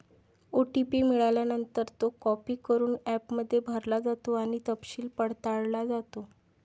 OTP मिळाल्यानंतर, तो copy करून ॲपमध्ये भरला जातो आणि तपशील पडताळला जातो